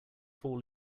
fall